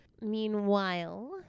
Meanwhile